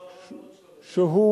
שהוא,